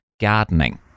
gardening